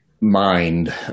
mind